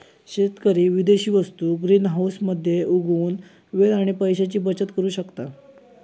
शेतकरी विदेशी वस्तु ग्रीनहाऊस मध्ये उगवुन वेळ आणि पैशाची बचत करु शकता